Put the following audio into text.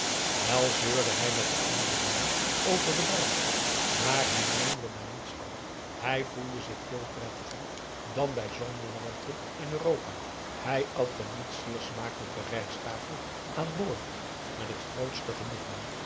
wel zeurde hij met de anderen mee over de warmte maar hij meende daar niets van hij voelde zich veel prettiger dan bij zomerwarmte in europa hij at de niet zeer smakelijke rijsttafel aan boord met het grootste genoegen